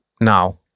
now